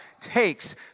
takes